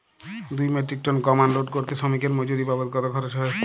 দুই metric ton গম unload করতে শ্রমিক এর মজুরি বাবদ কত খরচ হয়?